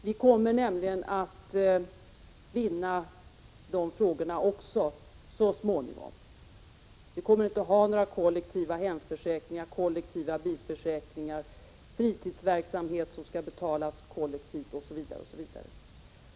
Vi kommer nämligen att vinna när det gäller de frågorna också, så småningom. Det kommer inte att finnas några kollektiva hemförsäkringar, kollektiva bilförsäkringar, fritidsverksamhet som skall betalas kollektivt, OSV, OSV.